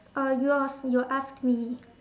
oh you ask you ask me